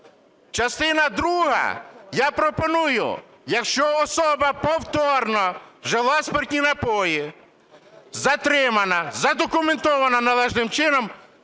Частина друга. Я пропоную, якщо особа повторно вжила спиртні напої, затримана, задокументована належним чином,